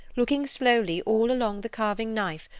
looking slowly all along the carving-knife,